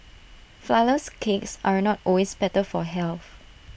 Flourless Cakes are not always better for health